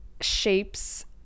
shapes